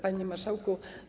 Panie Marszałku!